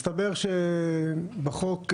מסתבר שבחוק אזרחות,